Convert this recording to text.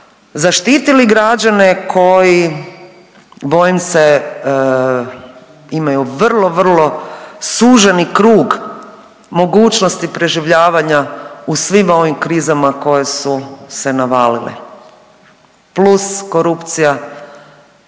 zaštitili građane koji, bojim se, imaju vrlo, vrlo suženi krug mogućnosti preživljavanja u svim ovim krizama koje su se navalile plus korupcija